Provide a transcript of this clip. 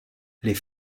les